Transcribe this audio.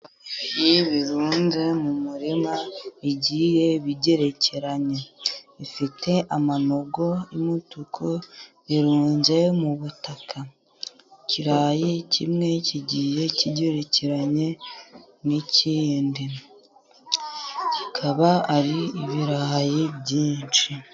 Ibirayi birunze mu murima bigiye bigerekeranye. Bifite amanogo y'umutuku. Birunze mu butaka, ikirayi kimwe kigiye kigerekeranye n'ikindi. Bikaba ari ibirayi byinshi.